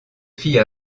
fit